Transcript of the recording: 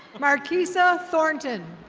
markisa thornton.